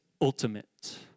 ultimate